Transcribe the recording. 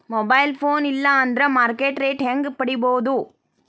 Mobile phone ಇಲ್ಲಾ ಅಂದ್ರ market rate ಹೆಂಗ್ ಪಡಿಬೋದು?